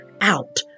out